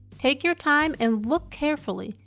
take your time and look carefully,